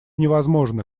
невозможно